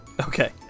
Okay